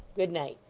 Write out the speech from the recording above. good night